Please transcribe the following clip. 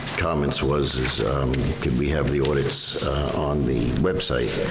comments was is can we have the audits on the website?